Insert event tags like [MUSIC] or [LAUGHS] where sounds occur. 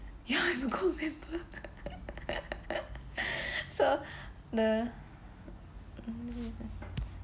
ya [LAUGHS] I'm a gold member [LAUGHS] so the mm